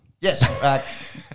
Yes